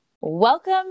Welcome